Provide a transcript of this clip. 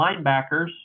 linebackers